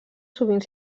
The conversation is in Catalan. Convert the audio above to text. sovint